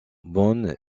bonne